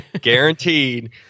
guaranteed